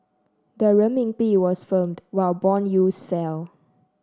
the Renminbi was firm while bond yields fell